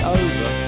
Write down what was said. over